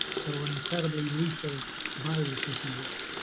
so an incredibly lethal virus if you will.